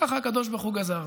כך הקדוש ברוך הוא גזר.